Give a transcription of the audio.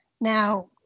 Now